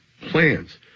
plans